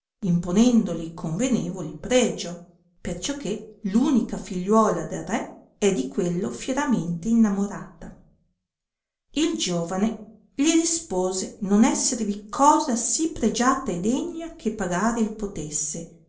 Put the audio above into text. cavallo imponendoli convenevole pregio perciò che unica figliuola del re è di quello fieramente innamorata il giovane li rispose non esservi cosa sì pregiata e degna che pagare il potesse